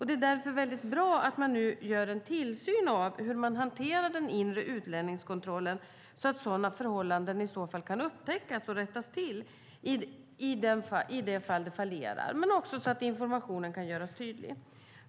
Det är därför bra att man nu gör en tillsyn av hur man hanterar den inre utlänningskontrollen så att sådana förhållanden kan upptäckas och rättas till i de fall det fallerar men också så att informationen kan göras tydlig.